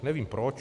Nevím proč.